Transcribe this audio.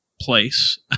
place